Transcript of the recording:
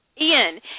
Ian